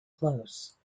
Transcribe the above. close